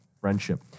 Friendship